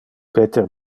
peter